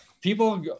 People